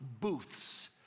booths